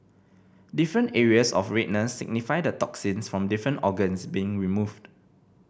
different areas of redness signify the toxins from different organs being removed